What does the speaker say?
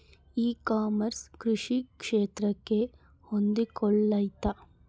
E commerce ಕೃಷಿ ಕ್ಷೇತ್ರಕ್ಕೆ ಹೊಂದಿಕೊಳ್ತೈತಾ?